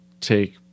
take